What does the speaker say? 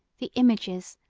the images,